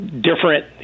different